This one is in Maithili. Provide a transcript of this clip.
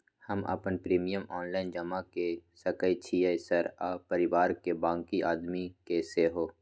हम अपन प्रीमियम ऑनलाइन जमा के सके छियै सर आ परिवार के बाँकी आदमी के सेहो?